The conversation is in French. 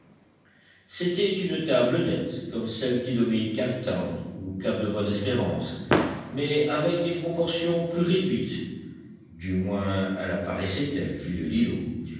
c'était une table nette comme celle qui domine cape town au cap de bonne-espérance mais avec des proportions plus réduites du moins elle apparaissait telle vue de l'îlot